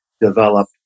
develop